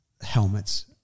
helmets